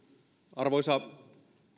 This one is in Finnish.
arvoisa